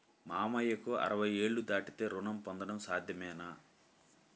మామయ్యకు అరవై ఏళ్లు దాటితే రుణం పొందడం సాధ్యమేనా?